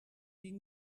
die